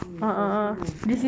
mm pangkeng ah